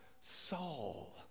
Saul